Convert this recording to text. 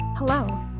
Hello